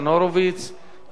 יעלה סגן השר,